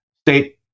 state